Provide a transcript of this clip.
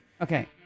Okay